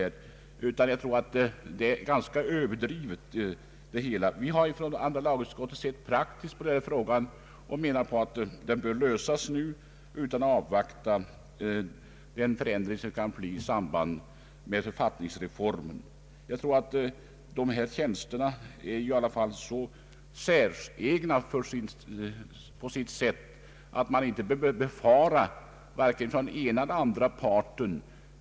Det hela är nog ganska överdrivet. I andra lagutskottet har vi sett praktiskt på denna fråga och menat att den bör lösas nu, alltså utan att avvakta den förändring som kan ske i samband med =<författningsreformen. Jag tror att dessa tjänster är så säregna att man inte behöver befara att tvister aktualiseras mellan parterna.